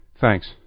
Thanks